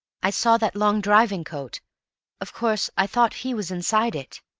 i saw that long driving-coat of course, i thought he was inside it.